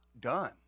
done